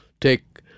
take